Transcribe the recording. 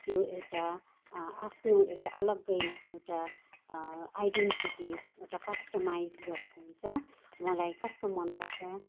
त्यो एउटा आफ्नो एउटा अलग्गै एउटा आइडेन्टिटी एउटा कस्टमाइज गरेको हुन्छ मलाई कस्तो मन पर्छ